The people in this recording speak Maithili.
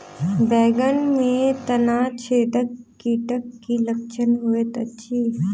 बैंगन मे तना छेदक कीटक की लक्षण होइत अछि?